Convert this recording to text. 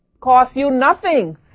cost-you-nothing